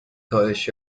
کاهش